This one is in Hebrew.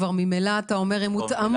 ממילא אתה אומר שהן כבר מותאמות.